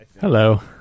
Hello